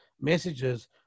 messages